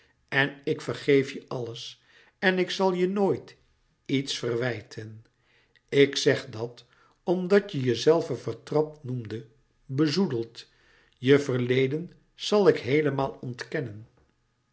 en ik vergeef je alles en ik zal je nooit iets verwijten ik zeg dat omdat je louis couperus metamorfoze jezelve vertrapt noemde bezoedeld je verleden zal ik heelemaal ontkennen